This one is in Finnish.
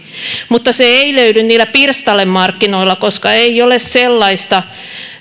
mutta se ei löydy niillä pirstalemarkkinoilla koska ei ole sellaista